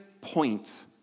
point